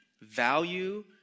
value